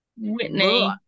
Whitney